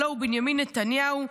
הלא הוא בנימין נתניהו,